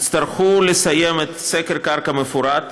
יצטרכו לסיים סקר קרקע מפורט,